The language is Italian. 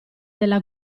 della